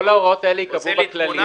כל ההוראות האלה ייקבעו בכללים.